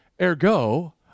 Ergo